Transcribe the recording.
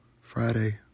friday